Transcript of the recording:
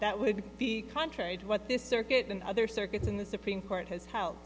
that would be contrary to what this circuit and other circuits in the supreme court has hel